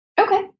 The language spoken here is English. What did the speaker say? Okay